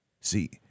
See